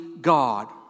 God